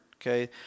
okay